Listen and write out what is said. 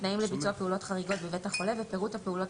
תנאים לביצוע פעולות חריגות בבית החולה ופירוט הפעולות